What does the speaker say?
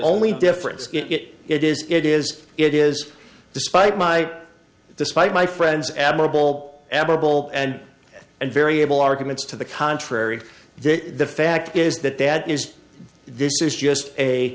only difference it it is it is it is despite my despite my friends admirable all admirable and and very able arguments to the contrary the fact is that that is this is just a